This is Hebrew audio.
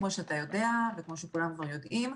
כמו שאתה יודע וכמו שכולם כבר יודעים,